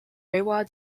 rewa